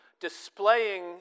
displaying